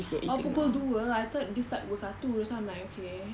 oh pukul dua I thought dia start pukul satu so I'm like okay